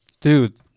Dude